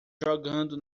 jogando